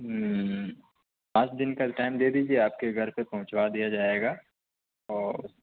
ہوں پانچ دن کا ٹائم دے دیجیئے آپ کے گھر پہ پہنچوا دیا جائے گا اور